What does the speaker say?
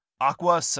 Aqua